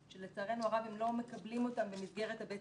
שלצערנו הרב הם לא מקבלים אותם במסגרת הבית-ספרית.